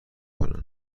کنن